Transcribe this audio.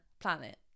planet